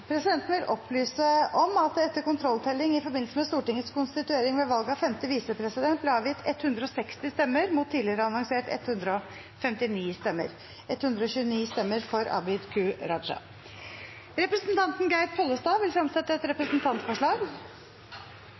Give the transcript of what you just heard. Presidenten vil opplyse om at det etter kontrolltelling i forbindelse med Stortingets konstituering ved valg av femte visepresident ble avgitt 160 stemmer, mot tidligere annonsert 159 stemmer. Det var 129 stemmer for representanten Abid Q. Raja. Representanten Geir Pollestad vil fremsette et representantforslag.